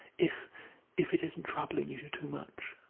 if if it isn't troubling you too much!